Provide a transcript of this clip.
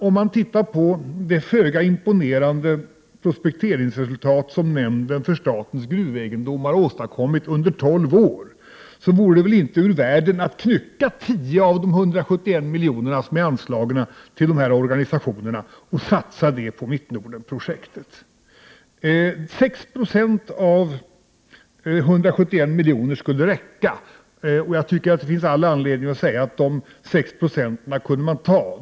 Om man ser på det föga imponerande prospekteringsresultat som nämnden för statens gruvegendom har åstadkommit under tolv år vore det väl inte ur vägen att knycka 10 av de 171 miljonerna som anslås till dessa organisationer och satsa dem på Mittnordenprojektet. 6 26 av 171 miljoner skulle räcka, och jag tycker att det finns all anledning att säga att man kan ta dessa 6 20.